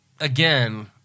again